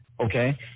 Okay